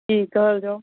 की कहल जाउ